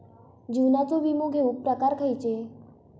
जीवनाचो विमो घेऊक प्रकार खैचे?